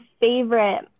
favorite